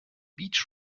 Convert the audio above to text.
beach